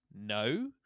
no